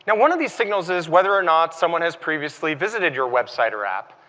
and one of these signals is whether or not someone has previously visited your website or app.